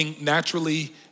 naturally